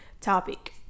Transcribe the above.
topic